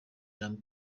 jean